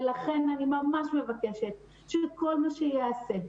ולכן אני ממש מבקשת שכל מה שייעשה,